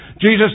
Jesus